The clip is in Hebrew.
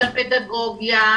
לפדגוגיה,